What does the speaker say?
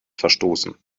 verstoßen